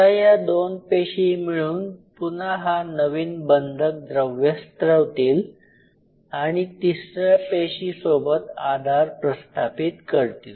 आता या दोन पेशी मिळून पुन्हा हा नवीन बंधक द्रव्य स्त्रवतील आणि तिसऱ्या पेशीसोबत आधार प्रस्थापित करतील